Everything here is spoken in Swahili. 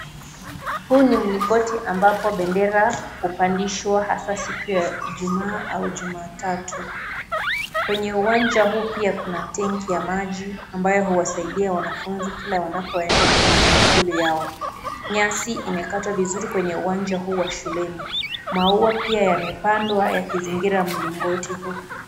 Huu ni mlingoti ambapo bendera hupandishwa haswa siku ya ijumaa au jumatatu, kwenye uwanja huu pia kuna (CS)tengi(CS) ya maji ambayo huwaasaidia wanafunzi kila wanapoenda kwenye maamkuli yao, nyasi imekatwa vizuri kwenye uwanja huu wa shuleni maua pia yanepandwa yakizingira mlingoti huu.